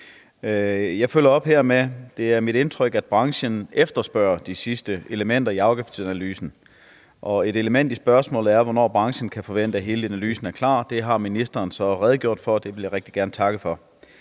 det er mit indtryk, at branchen efterspørger de sidste elementer i afgiftsanalysen, og et element i spørgsmålet er, hvornår branchen kan forvente at hele analysen er klar. Det har ministeren så redegjort for, og det vil jeg rigtig gerne takke for.